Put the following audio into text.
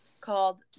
called